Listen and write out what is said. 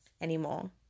anymore